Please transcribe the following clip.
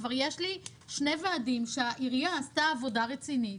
יש לי כבר שני ועדים שהעירייה עשתה עבודה רצינית,